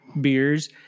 beers